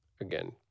again